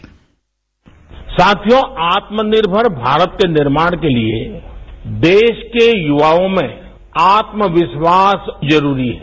bite साथियों आत्मनिर्भर भारत के निर्माण के लिए देश के यूवाओं में आत्मविश्वास जरूरी है